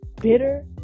bitter